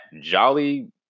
jolly